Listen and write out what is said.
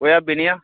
कोई है बी नेहा